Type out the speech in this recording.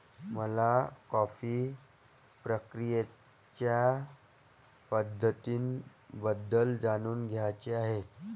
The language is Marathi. मला कॉफी प्रक्रियेच्या पद्धतींबद्दल जाणून घ्यायचे आहे